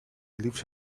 leaves